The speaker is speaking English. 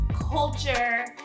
culture